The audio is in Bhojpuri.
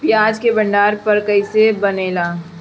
प्याज के भंडार घर कईसे बनेला?